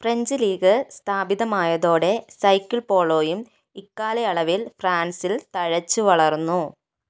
French league സ്ഥാപിതമായതോടെ cycle പോളോയും ഇക്കാലയളവിൽ ഫ്രാൻസിൽ തഴച്ചുവളർന്നു